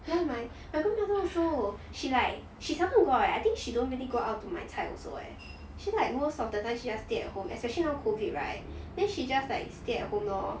ya my my grandmother also she like she seldom go out eh I think she don't really go out to 买菜 also eh she's like most of the time she just stay at home especially now COVID right then she just like stay at home lor